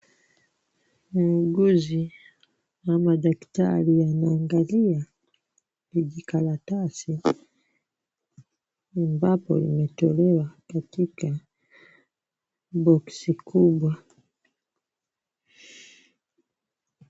Muuguzi ama daktari anaangalia kijikaratasi ambapo imetolewa katika boksi kubwa.